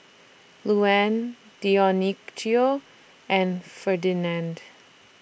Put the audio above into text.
Luanne Dionicio and Ferdinand